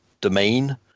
domain